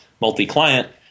multi-client